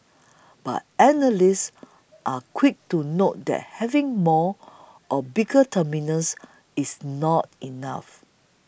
but analysts are quick to note that having more or bigger terminals is not enough